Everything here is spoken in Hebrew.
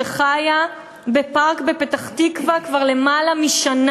שחיה בפארק בפתח-תקווה כבר למעלה משנה.